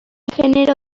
genero